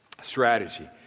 Strategy